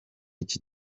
iki